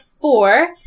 four